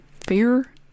fear